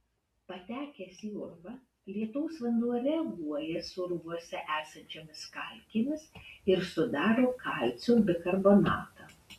patekęs į urvą lietaus vanduo reaguoja su urvuose esančiomis kalkėmis ir sudaro kalcio bikarbonatą